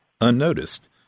unnoticed